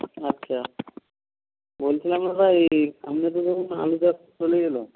আচ্ছা বলছিলাম দাদা এই সামনে তো ধরুন আলু চাষ চলেই এল